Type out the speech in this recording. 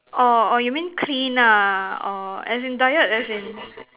orh orh you mean clean ah orh as in diet as in